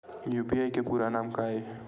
UPI के पूरा नाम का ये?